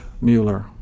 Mueller